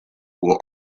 will